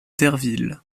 derville